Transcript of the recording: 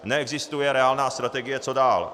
Neexistuje reálná strategie, co dál.